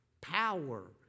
power